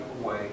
away